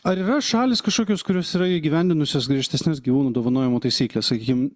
ar yra šalys kažkokios kurios yra įgyvendinusios griežtesnes gyvūnų dovanojimo taisykles sakykim